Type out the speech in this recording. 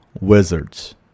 Wizards